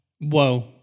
Whoa